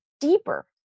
deeper